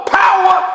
power